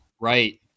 Right